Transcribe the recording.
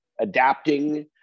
adapting